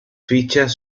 fichas